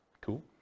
Cool